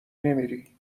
نمیری